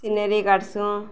scenery ଗାଟସୁଁ